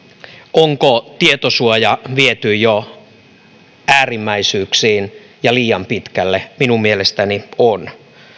onko tietosuoja viety jo äärimmäisyyksiin ja liian pitkälle minun mielestäni on